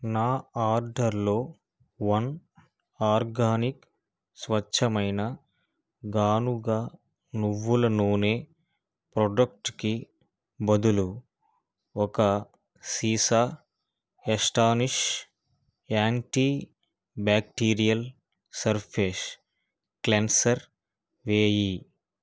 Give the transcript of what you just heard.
నా ఆర్డర్ లో one organic స్వచ్ఛమైన గానుగ నువ్వుల నూనె ప్రాడక్టు కి బదులు ఒక సీసా ఎస్టానిష్ యాంటీబ్యాక్టీరియల్ సర్ఫేస్ క్లెన్సర్ వేయి